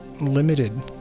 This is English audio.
limited